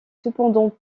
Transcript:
cependant